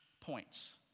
points